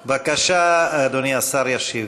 בבקשה, אדוני השר ישיב.